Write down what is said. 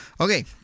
Okay